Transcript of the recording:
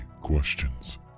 questions